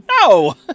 no